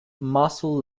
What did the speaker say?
muzzle